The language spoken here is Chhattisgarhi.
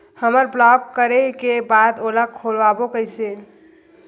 हमर ब्लॉक करे के बाद ओला खोलवाबो कइसे?